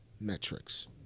metrics